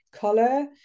color